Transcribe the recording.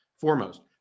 Foremost